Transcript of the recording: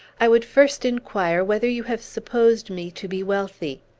i would first inquire whether you have supposed me to be wealthy?